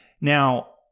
Now